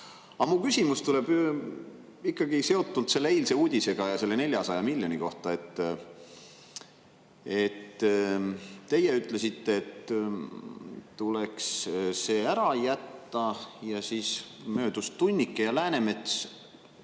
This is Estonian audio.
Mu küsimus tuleb aga seotult eilse uudisega selle 400 miljoni kohta. Teie ütlesite, et tuleks see ära jätta, ja siis möödus tunnike ja Läänemets